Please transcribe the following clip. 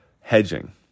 hedging